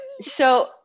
So-